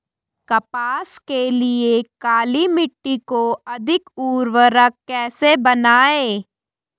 कपास के लिए काली मिट्टी को अधिक उर्वरक कैसे बनायें?